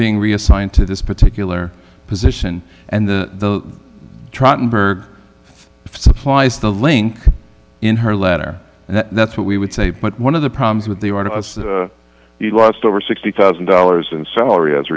being reassigned to this particular position and the supplies the link in her letter that's what we would say but one of the problems with the order you lost over sixty thousand dollars in salary as a